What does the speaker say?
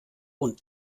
und